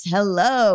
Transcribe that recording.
Hello